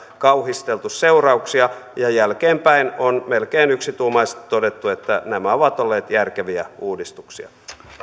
kauhisteltu seurauksia ja jälkeenpäin on melkein yksituumaisesti todettu että nämä ovat olleet järkeviä uudistuksia